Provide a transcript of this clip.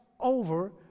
over